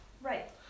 Right